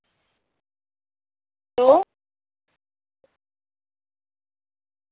hello